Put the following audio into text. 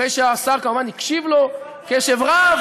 אחרי שהשר כמובן הקשיב לו קשב רב,